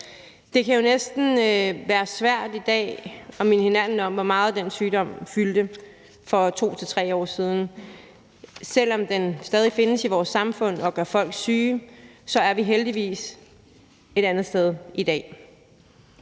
Det kan jo næsten være svært i dag at minde hinanden om, hvor meget den sygdom fyldte for 2-3 år siden. Selv om den stadig findes i vores samfund og gør folk syge, er vi heldigvis et andet sted i dag.